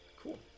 Cool